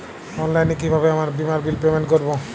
অনলাইনে কিভাবে আমার বীমার বিল পেমেন্ট করবো?